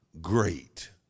great